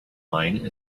mine